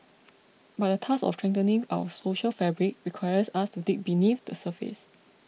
but the task of strengthening our social fabric requires us to dig beneath the surface